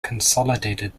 consolidated